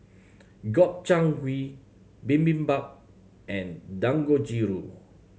Gobchang Gui Bibimbap and Dangojiru